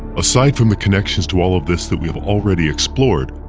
aside from the connections to all of this that we have already explored,